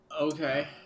Okay